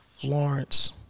Florence